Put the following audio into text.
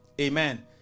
Amen